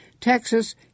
Texas